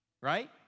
right